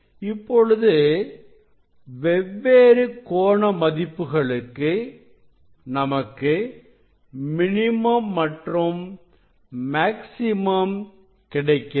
இப்பொழுது வெவ்வேறு கோண மதிப்புகளுக்கு நமக்கு மினிமம் மற்றும் மேக்ஸிமம் கிடைக்கிறது